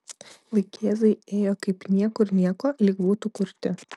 vaikėzai ėjo kaip niekur nieko lyg būtų kurti